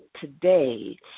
today